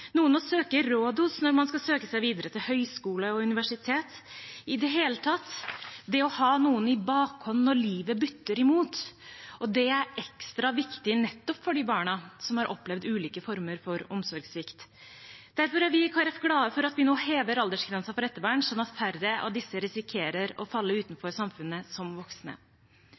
noen å søke råd hos når man skal søke seg videre til høyskole og universitet – i det hele tatt ha noen i bakhånd når livet butter imot. Det er ekstra viktig for nettopp de barna som har opplevd ulike former for omsorgssvikt. Derfor er vi i Kristelig Folkeparti glade for at vi nå hever aldersgrensen for ettervern, sånn at færre av disse risikerer å falle utenfor samfunnet som voksne.